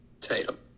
Tatum